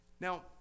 Now